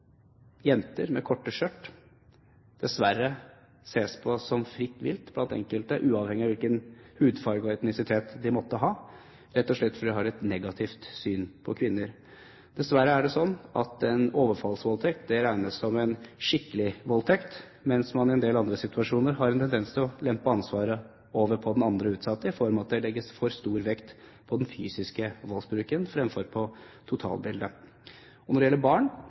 jenter med korte skjørt dessverre ses på som fritt vilt blant enkelte, uavhengig av hvilken hudfarge og etnisitet de måtte ha – rett og slett fordi de har et negativt syn på kvinner. Dessverre er det slik at en overfallsvoldtekt regnes som en «skikkelig» voldtekt, mens man i en del andre situasjoner har en tendens til å lempe ansvaret over på den utsatte, i form av at det legges for stor vekt på den fysiske voldsbruken fremfor på totalbildet. Og når det gjelder barn,